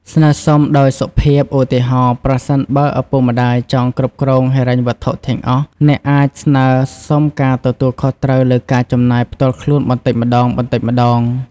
ស្នើសុំដោយសុភាព ឧទាហរណ៍ ប្រសិនបើឪពុកម្ដាយចង់គ្រប់គ្រងហិរញ្ញវត្ថុទាំងអស់ អ្នកអាច ស្នើរសុំការទទួលខុសត្រូវលើការចំណាយផ្ទាល់ខ្លួនបន្តិចម្តងៗ។